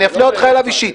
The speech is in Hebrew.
אני אפנה אותך אליו אישית.